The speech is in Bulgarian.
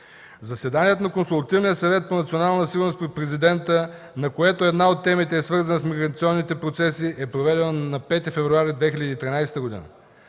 Заседанието на Консултативния съвет по национална сигурност при Президента, на което една от темите е свързана с миграционните процеси, е проведено на 5 февруари 2013 г.